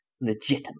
legitimate